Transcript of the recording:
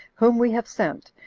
whom we have sent,